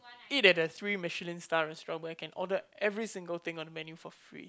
eat a three Michelin star restaurant where I can order every single thing on the menu for free